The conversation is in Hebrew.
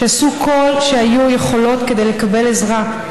שעשו כל שהיו יכולות כדי לקבל עזרה.